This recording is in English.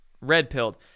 red-pilled